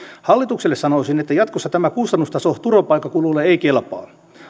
hallitukselle sanoisin että jatkossa tämä kustannustaso turvapaikkakuluille ei kelpaa